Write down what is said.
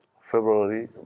February